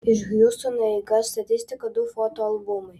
iš hjustono eiga statistika du foto albumai